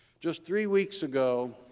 just three weeks ago,